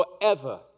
forever